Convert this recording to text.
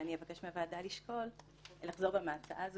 ואני אבקש מהוועדה לחזור בה מההצעה הזאת